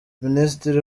minisitiri